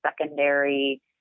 secondary